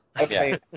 Okay